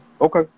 Okay